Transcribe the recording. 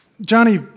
Johnny